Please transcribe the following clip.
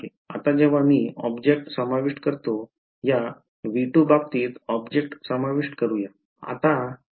आता जेव्हा मी ऑब्जेक्ट समाविष्ट करतो या V2 बाबतीत ऑब्जेक्ट समाविष्ट करू या आता काय होते